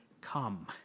come